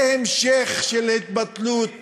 זה המשך של ההתבטלות